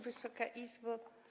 Wysoka Izbo!